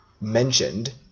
mentioned